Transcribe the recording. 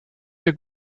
der